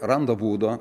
randa būdų